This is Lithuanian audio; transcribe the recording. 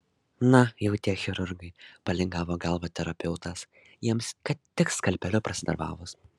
na jau tie chirurgai palingavo galvą terapeutas jiems kad tik skalpeliu pasidarbavus